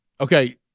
okay